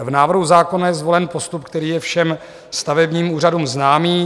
V návrhu zákona je zvolen postup, který je všem stavebním úřadům známý.